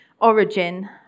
origin